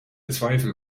zweifel